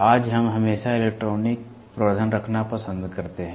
आज हम हमेशा इलेक्ट्रॉनिक प्रवर्धन रखना पसंद करते हैं